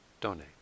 donate